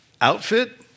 outfit